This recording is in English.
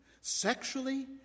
sexually